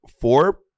four